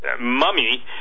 mummy